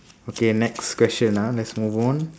okay next question ah let's move on